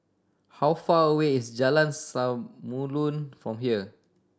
how far away is Jalan Samulun from here